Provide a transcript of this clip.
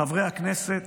חברי הכנסת,